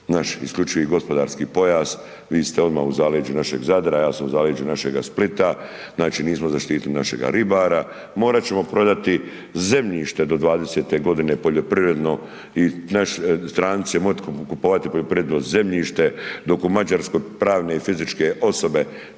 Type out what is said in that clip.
zaštiti evo naš IGP, vi ste odmah u zaleđu našeg Zadra, ja sam u zaleđu našega Splita, znači, nismo zaštitili našega ribara, morat ćemo prodati zemljište do 2020.g. poljoprivredno i stranci će moć kupovati poljoprivredno zemljište, dok u Mađarskoj pravne i fizičke osobe